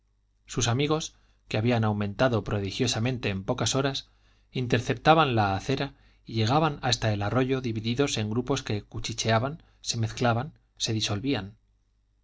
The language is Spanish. sus amigos que habían aumentado prodigiosamente en pocas horas interceptaban la acera y llegaban hasta el arroyo divididos en grupos que cuchicheaban se mezclaban se disolvían